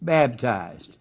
baptized